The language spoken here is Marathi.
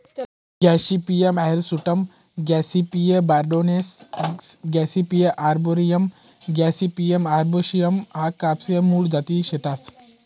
Gossypium hirsutum Gossypium barbadense Gossypium arboreum Gossypium herbaceum ह्या कपाशी न्या मूळ जाती शेतस